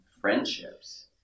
friendships